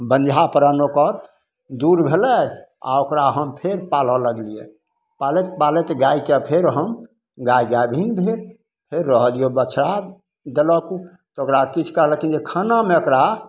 बन्झापन ओकर दूर भेलय आओर ओकरा हम फेर पालऽ लगलियै पालैत पालैत गायके फेर हम गाय गाभिन भेल फेर रहऽ दियौ बछड़ा देलक उ तऽ ओकरा किछु कहलखिन खानामे एकरा